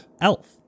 elf